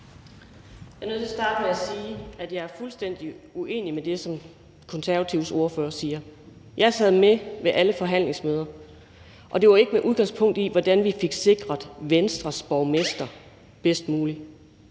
Jeg er nødt til at starte med at sige, at jeg er fuldstændig uenig i det, som De Konservatives ordfører siger. Jeg sad med ved alle forhandlingsmøderne, og det var ikke med udgangspunkt i, hvordan vi fik sikret Venstres borgmestre bedst muligt.